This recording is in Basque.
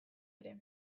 ere